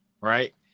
Right